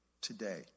today